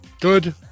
Good